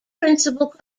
principal